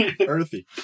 Earthy